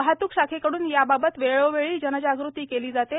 वाहतूक शाखेकडून याबाबत वेळोवेळी जनजागृती केली जाते